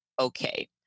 okay